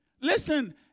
Listen